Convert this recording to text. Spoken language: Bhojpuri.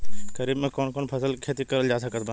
खरीफ मे कौन कौन फसल के खेती करल जा सकत बा?